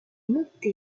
monté